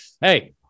Hey